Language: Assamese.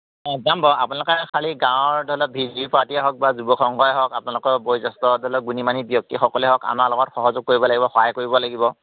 যাম বাৰু আপোনালোকে খালি গাঁৱৰ ধৰি লওক ভি ডি পি পাৰ্টিয়ে হওক বা যুৱক সংঘই হওক আপোনালোকৰ বয়োজ্যেষ্ঠ ধৰক গুণী মানী ব্যক্তিসকলেই হওক আমাৰ লগত সহযোগ কৰিব লগিব সহায় কৰিব লাগিব